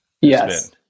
Yes